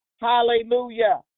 Hallelujah